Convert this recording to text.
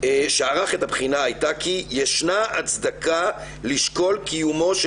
הייתה כי ישנה הצדקה לשקול קיומו של